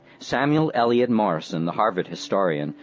samuel eliot morison, the harvard historian,